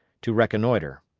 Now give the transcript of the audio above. to reconnoitre.